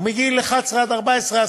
ומגיל 11 עד 14,